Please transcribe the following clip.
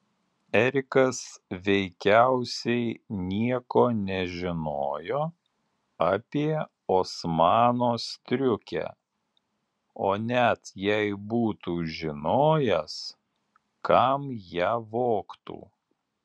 erikas veikiausiai nieko nežinojo apie osmano striukę o net jei būtų žinojęs kam ją vogtų